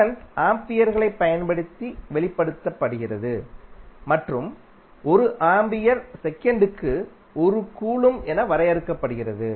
current ஆம்பியர்களைப் பயன்படுத்தி வெளிப்படுத்தப்படுகிறது மற்றும் 1 ஆம்பியர் செகண்ட்க்கு 1 கூலொம்ப் என வரையறுக்கப்படுகிறது